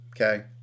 okay